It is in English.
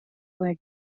were